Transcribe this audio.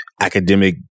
academic